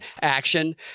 action